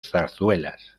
zarzuelas